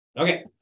Okay